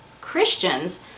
Christians